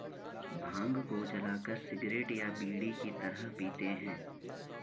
भांग को जलाकर सिगरेट या बीड़ी की तरह पीते हैं